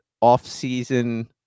off-season